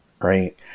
Right